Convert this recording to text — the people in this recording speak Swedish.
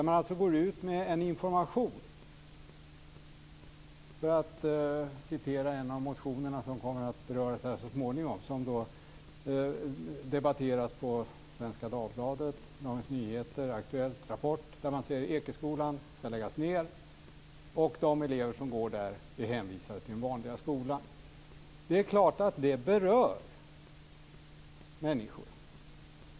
Man går ut med en information, för att citera ur en av motionerna som kommer att beröras så småningom, som debatteras i Svenska Dagbladet, Dagens Nyheter, Aktuellt och Rapport. Människor ser att Ekeskolan ska läggas ned och att de elever som går där är hänvisade till den vanliga skolan. Det är klart att det berör människor.